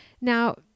Now